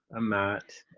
i'm matt.